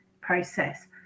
process